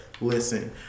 listen